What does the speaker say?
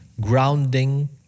grounding